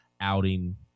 outing